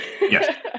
Yes